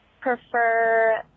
prefer